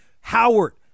Howard